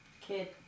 kid